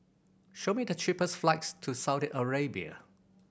show me the cheapest flights to Saudi Arabia